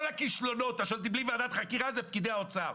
כל הכישלונות --- בלי ועדת חקירה --- זה פקידי האוצר,